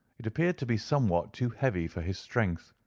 it appeared to be somewhat too heavy for his strength,